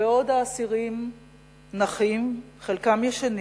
בעוד האסירים נחים, חלקם ישנים,